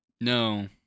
no